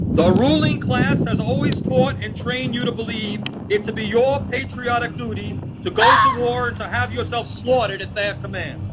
the ruling class has always taught and trained you to believe it to be your patriotic duty to go to war and to have yourself slaughtered at their command.